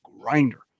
grinder